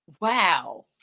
Wow